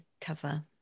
cover